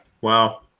Wow